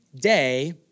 day